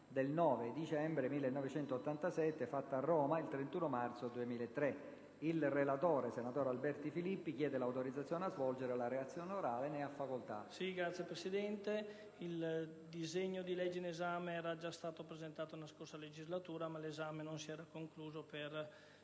Il disegno di legge in esame era già stato presentato nella scorsa legislatura, ma l'esame non si era concluso per